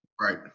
Right